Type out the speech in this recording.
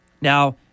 Now